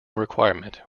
requirement